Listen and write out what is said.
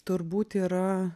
turbūt yra